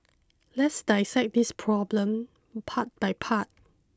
let's dissect this problem part by part